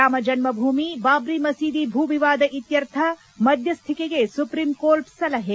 ರಾಮಜನ್ನಭೂಮಿ ಬಾಬ್ರಿ ಮಸೀದಿ ಭೂ ವಿವಾದ ಇತ್ತರ್ಥ ಮಧ್ವಸ್ತಿಕೆಗೆ ಸುಪ್ರೀಂಕೋರ್ಟ್ ಸಲಹೆ